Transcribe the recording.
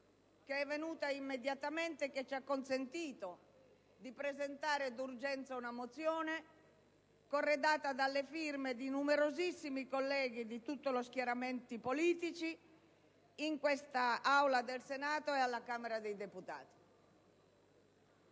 venuta immediatamente e che ci ha consentito di presentare d'urgenza una mozione, corredata dalle firme di numerosissimi colleghi di tutti gli schieramenti politici in questa Aula del Senato e alla Camera dei deputati.